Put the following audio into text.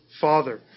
father